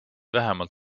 vähemalt